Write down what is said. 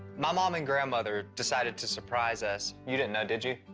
my mom and grandmother decided to surprise us, you didn't know, did you?